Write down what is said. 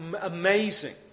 amazing